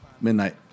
Midnight